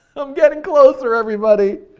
i'm getting closer everybody.